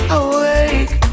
awake